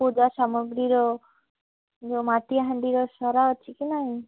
ପୂଜା ସାମଗ୍ରୀ ର ଯୋଉ ମାଟି ହାଣ୍ଡିର ସରା ଅଛି କି ନାହିଁ